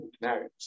scenarios